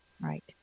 Right